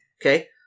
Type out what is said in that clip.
Okay